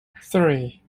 three